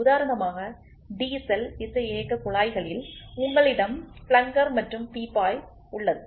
உதாரணமாக டீசல் விசையியக்கக் குழாய்களில் உங்களிடம் பிளங்கர் மற்றும் பீப்பாய் உள்ளது